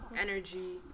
energy